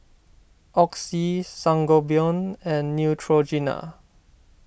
Oxy Sangobion and Neutrogena